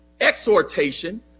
exhortation